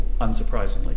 unsurprisingly